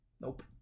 Nope